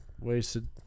wasted